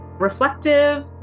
reflective